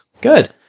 Good